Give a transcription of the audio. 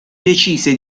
decise